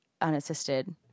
unassisted